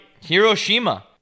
Hiroshima